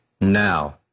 now